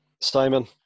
Simon